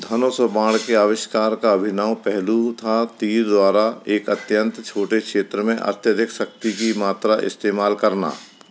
धनुष और बाण के आविष्कार का अभिनव पहलू था तीर द्वारा एक अत्यंत छोटे क्षेत्र में अत्यधिक शक्ति की मात्रा इस्तेमाल करना